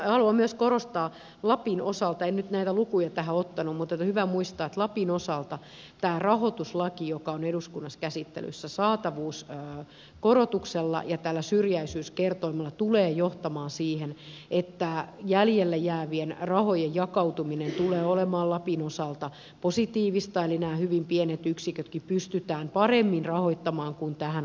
haluan myös korostaa en nyt näitä lukuja tähän ottanut mutta tämä on hyvä muistaa että lapin osalta tämä rahoituslaki joka on eduskunnassa käsittelyssä saatavuuskorotuksella ja tällä syrjäisyyskertoimella tulee johtamaan siihen että jäljelle jäävien rahojen jakautuminen tulee olemaan lapin osalta positiivista eli nämä hyvin pienet yksikötkin pystytään paremmin rahoittamaan kuin tähän asti